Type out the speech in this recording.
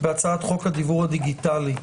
בהצעת חוק הדיוור הדיגיטלי.